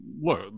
look